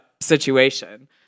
situation